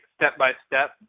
step-by-step